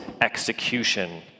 execution